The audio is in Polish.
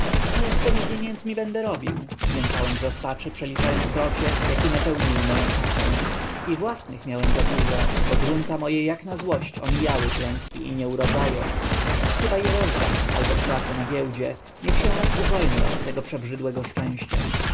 co ja z temi pieniędzmi będę robił jęczałem z rozpaczy przeliczając krocie jakie napełniły moją kasę i własnych miałem zadużo bo grunta moje jak na złość omijały klęski i nieurodzaje chyba je rozdam lub stracę na giełdzie niech się raz uwolnię od tego przebrzydłego szczęścia